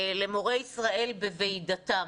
'למורי ישראלי בוועידתם',